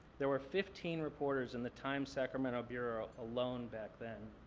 there were fifteen reporters in the times sacramento bureau alone back then.